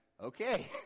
Okay